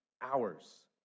hours